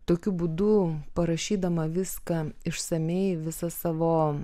tokiu būdu parašydama viską išsamiai visas savo